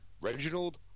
Reginald